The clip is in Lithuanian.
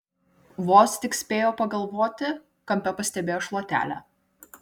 vos tik spėjo pagalvoti kampe pastebėjo šluotelę